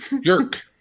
Yerk